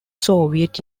soviet